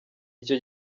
icyo